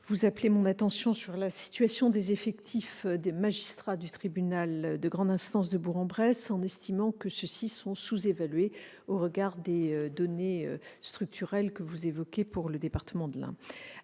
vous appelez mon attention sur la situation des effectifs de magistrats du tribunal de grande instance de Bourg-en-Bresse, estimant que ceux-ci sont sous-évalués au regard des données structurelles que vous mentionnez pour le département de l'Ain.